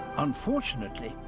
unfortunately,